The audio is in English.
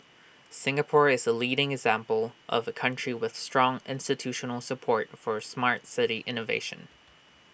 Singapore is A leading example of A country with strong institutional support for Smart City innovation